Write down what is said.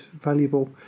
valuable